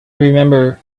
remember